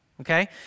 Okay